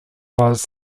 was